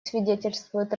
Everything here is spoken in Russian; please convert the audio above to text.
свидетельствует